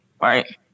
Right